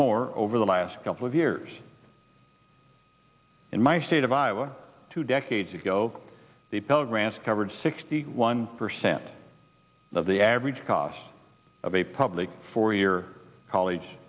more over the last couple of years in my state of iowa two decades ago the pell grants covered sixty one percent of the average cost of a public four year college